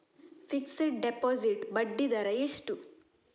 Fixed deposit ಬಡ್ಡಿ ದರ ಎಷ್ಟು?